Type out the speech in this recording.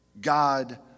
God